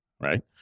right